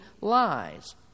lies